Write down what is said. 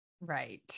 Right